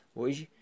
hoje